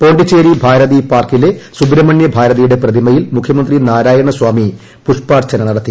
പോ ിച്ചേരി ഭാരതി പാർക്കിലെ സൂബ്രഹ്മണ്യ ഭാരതിയുടെ പ്രതിമയിൽമുഖ്യമന്ത്രി നാരായണസാമി പുഷ്പാർച്ചന നടത്തി